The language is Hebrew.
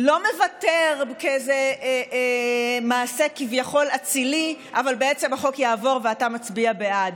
לא מוותר במעשה כביכול אצילי אבל בעצם החוק יעבור ואתה מצביע בעד.